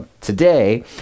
today